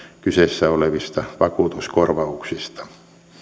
kyseessä olevista vakuutuskorvauksista